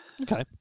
Okay